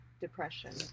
depression